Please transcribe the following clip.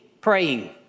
praying